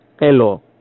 Hello